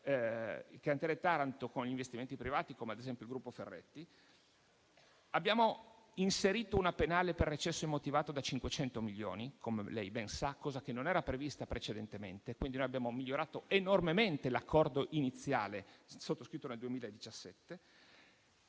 il cantiere Taranto, con investimenti privati, come ad esempio quelli del Gruppo Ferretti, e abbiamo inserito una penale per recesso immotivato da 500 milioni di euro, come lei ben sa, cosa che non era prevista precedentemente. Abbiamo quindi migliorato enormemente l'accordo iniziale sottoscritto nel 2017.